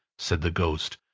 said the ghost.